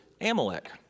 Amalek